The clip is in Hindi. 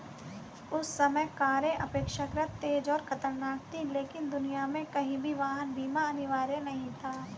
उस समय कारें अपेक्षाकृत तेज और खतरनाक थीं, लेकिन दुनिया में कहीं भी वाहन बीमा अनिवार्य नहीं था